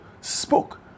spoke